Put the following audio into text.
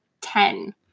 ten